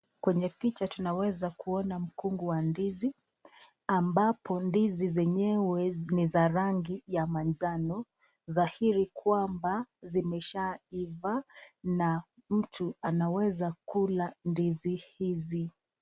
Kwenye picha tunaweza kuona mkungu wa ndizi, ambapo ndizi zenyewe ni za rangi ya manjano. Dhahiri kwamba zimeshaiva na mtu anaweza kula ndizi hizi.